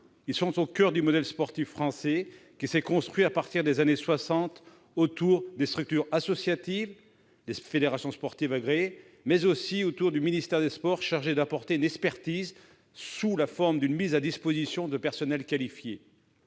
Ils sont au coeur de notre modèle sportif, qui s'est construit à partir des années soixante autour des structures associatives - les fédérations sportives agréées - et du ministère des sports, chargé d'apporter une expertise sous la forme de la mise à disposition de personnels qualifiés.